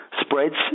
spreads